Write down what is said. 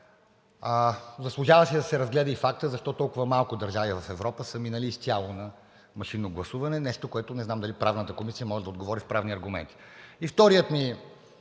Заслужаваше да се разгледа и фактът защо толкова малко държави в Европа са минали изцяло на машинно гласуване – нещо, на което не знам дали Правната комисия може да отговори с правни аргументи. Второто ми